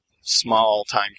small-time